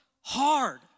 hard